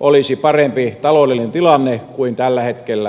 olisi parempi taloudellinen tilanne kuin mitä se tällä hetkellä on